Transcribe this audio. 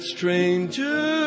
Stranger